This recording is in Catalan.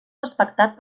respectat